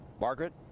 Margaret